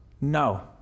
No